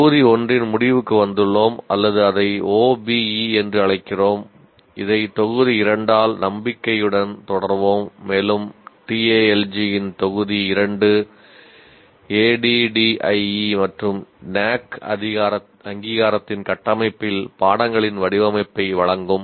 தொகுதி 1 இன் முடிவுக்கு வந்துள்ளோம் அல்லது அதை OBE என்று அழைக்கிறோம் இதை தொகுதி 2 ஆல் நம்பிக்கையுடன் தொடர்வோம் மேலும் TALG இன் தொகுதி 2 ADDIE மற்றும் NAAC அங்கீகாரத்தின் கட்டமைப்பில் பாடங்களின் வடிவமைப்பை வழங்கும்